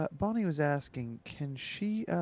but bonnie was asking, can she,